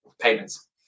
payments